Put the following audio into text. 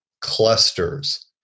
clusters